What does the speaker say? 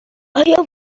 آیا